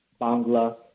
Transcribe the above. Bangla